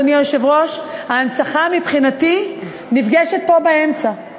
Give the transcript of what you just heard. אדוני היושב-ראש: ההנצחה מבחינתי נפגשת פה באמצע,